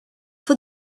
for